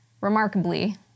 remarkably